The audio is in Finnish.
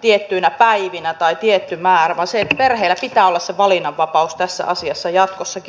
tiettyinä päivinä tai tietty määrä vaan perheillä pitää olla se valinnanvapaus tässä asiassa jatkossakin